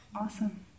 Awesome